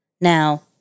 Now